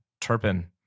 Turpin